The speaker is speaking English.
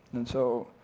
and so,